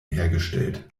hergestellt